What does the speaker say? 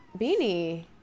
Beanie